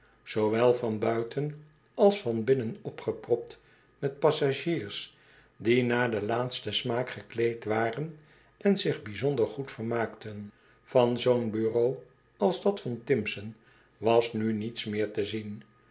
zoowel van buiten als van binnen opgepropt met passagiers die naar den laatsten smaak gekleed waren en zich bijzonder goed vermaakten van zoo'n bureau als dat van timpson was nu niets meer te zien